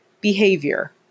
behavior